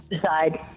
decide